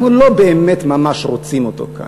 אנחנו לא באמת ממש רוצים אותו כאן.